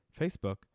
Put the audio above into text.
Facebook